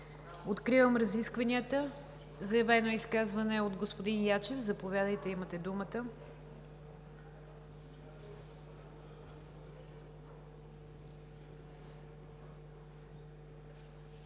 Откривам разискванията. Заявено е изказване от господин Ячев. Заповядайте, имате думата!